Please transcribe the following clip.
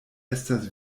estas